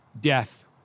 death